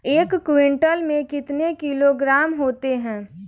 एक क्विंटल में कितने किलोग्राम होते हैं?